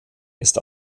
ist